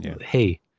Hey